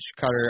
cutter